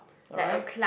alright